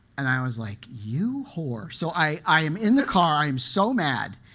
and i was like, you whore. so i i am in the car. i am so mad.